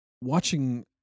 watching